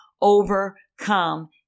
overcome